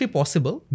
possible